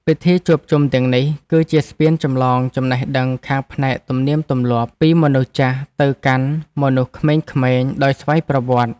ពិធីជួបជុំទាំងនេះ គឺជាស្ពានចម្លងចំណេះដឹងខាងផ្នែកទំនៀមទម្លាប់ពីមនុស្សចាស់ទៅកាន់មនុស្សក្មេងៗដោយស្វ័យប្រវត្តិ។